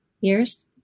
years